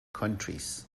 countries